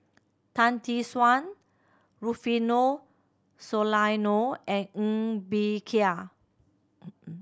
Tan Tee Suan Rufino Soliano and Ng Bee Kia